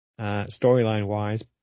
Storyline-wise